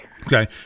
Okay